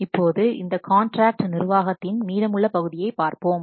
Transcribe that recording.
இப்போது இந்த காண்ட்ராக்ட் நிர்வாகத்தின் மீதமுள்ள பகுதியைப் பார்ப்போம்